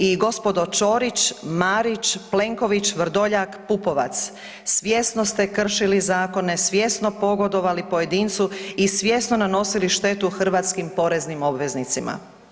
I gospodo Ćorić, Marić, Plenković, Vrdoljak, Pupovac svjesno ste kršili zakone, svjesno pogodovali pojedincu i svjesno nanosili štetu hrvatskim poreznim obveznicima.